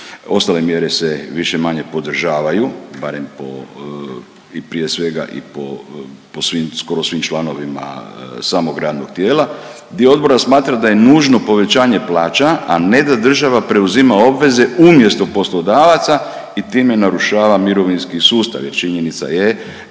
ostale mjere se više-manje podržavaju, barem po i prije svega i po, po svim, skoro svim članovima samog radnog tijela. Dio odbora smatra da je nužno povećanje plaća, a ne da država preuzima obveze umjesto poslodavaca i time narušava mirovinski sustav jer činjenica je